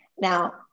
Now